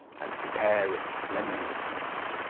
and prepare a splendid feast.